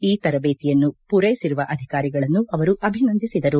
ಈ ತರಬೇತಿಯನ್ನು ಮೂರೈಸಿರುವ ಅಧಿಕಾರಿಗಳನ್ನು ಅವರು ಅಭಿನಂದಿಸಿದರು